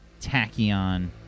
Tachyon